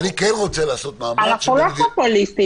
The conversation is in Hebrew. ואני כן רוצה לעשות מאמץ --- אנחנו לא פופוליסטים,